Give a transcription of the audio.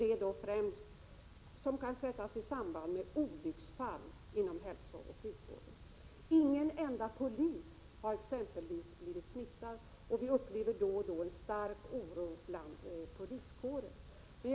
Det är då främst fall som kan sättas i samband med olyckshändelser inom hälsooch sjukvården. Ingen enda polis har exempelvis blivit smittad, trots att vi då och då får uppgifter om en stark oro inom poliskåren.